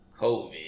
COVID